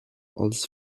als